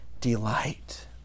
delight